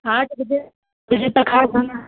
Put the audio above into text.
आठ बजे बजे तक आ जाना